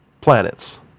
planets